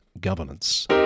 governance